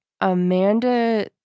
Amanda